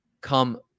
come